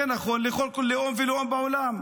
זה נכון לרוב לאום בעולם.